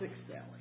Excelling